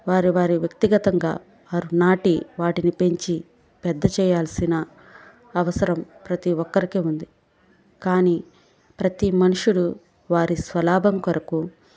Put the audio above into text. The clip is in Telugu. వారి వారి వ్యక్తిగతంగా వారు నాటి వాటిని పెంచి పెద్ద చేయాల్సిన అవసరం ప్రతీ ఒక్కరికి ఉంది కానీ ప్రతీ మనుష్యుడు వారి స్వలాభం కొరకు